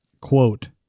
quote